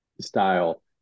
style